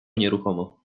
nieruchomo